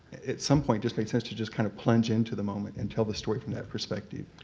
at some point just makes sense to just kind of plunge into the moment and tell the story from that perspective.